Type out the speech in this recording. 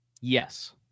Yes